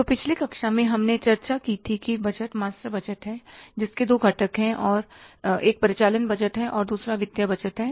तो पिछली कक्षा में हमने चर्चा की थी कि बजट मास्टर बजट हैं जिसके दो घटक हैं एक परिचालन बजट है और दूसरा वित्तीय बजट है